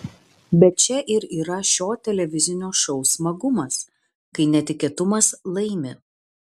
bet čia ir yra šio televizinio šou smagumas kai netikėtumas laimi